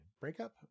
breakup